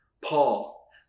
Paul